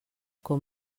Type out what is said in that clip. com